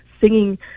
singing